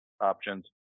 options